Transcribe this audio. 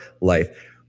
life